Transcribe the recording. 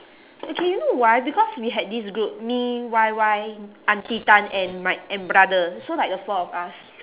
okay you know why because we had this group me Y_Y auntie tan and mike and brother so like the four of us